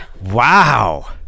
Wow